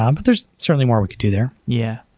um but there's certainly more we could do there. yeah.